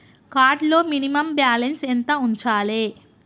Card లో minimum balance ఎంత ఉంచాలే?